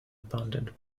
abundant